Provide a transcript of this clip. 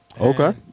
Okay